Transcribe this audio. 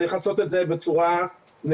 צריך לעשות את זה בצורה נכונה,